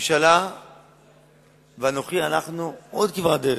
הממשלה ואנוכי הלכנו עוד כברת דרך,